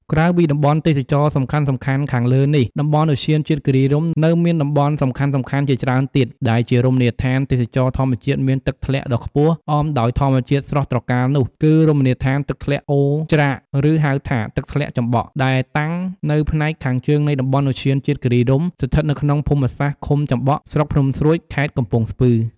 ក្រៅពីតំបន់ទេសចរណ៍សំខាន់ៗខាងលើនេះតំបន់ឧទ្យានជាតិគិរីរម្យ នៅមានតំបន់សំខាន់ៗជាច្រើនទៀត ដែលជារមណីយដ្ឋានទេសចរណ៍ធម្មជាតិមានទឹកធ្លាក់ដ៏ខ្ពស់អមដោយធម្មជាតិស្រស់ត្រកាលនោះ គឺរមណីយដ្ឋានទឹកធ្លាក់អូរច្រាក ឬហៅថា ទឹកធ្លាក់ចំបក់ ដែលតាំងនៅផ្នែកខាងជើងនៃតំបន់ឧទ្យានជាតិគិរីរម្យ ស្ថិតនៅក្នុងភូមិសាស្ត្រឃុំចំបក់ ស្រុកភ្នំស្រួច ខេត្តកំពង់ស្ពឺ។